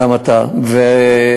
גם אני כתבתי, גם אתה.